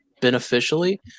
beneficially